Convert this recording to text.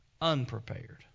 unprepared